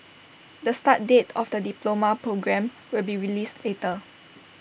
the start date of the diploma programme will be released later